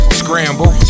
scramble